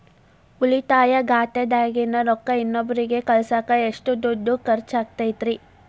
ಉಳಿತಾಯ ಖಾತೆದಾಗಿನ ರೊಕ್ಕ ಇನ್ನೊಬ್ಬರಿಗ ಕಳಸಾಕ್ ಎಷ್ಟ ದುಡ್ಡು ಖರ್ಚ ಆಗ್ತೈತ್ರಿ?